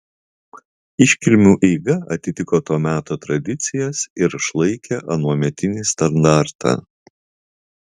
iškilmių eiga atitiko to meto tradicijas ir išlaikė anuometinį standartą